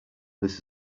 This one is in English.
this